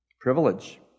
privilege